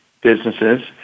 businesses